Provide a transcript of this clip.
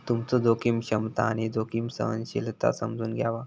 तुमचो जोखीम क्षमता आणि जोखीम सहनशीलता समजून घ्यावा